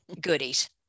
goodies